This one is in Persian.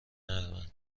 نرمن